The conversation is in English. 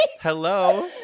Hello